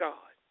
God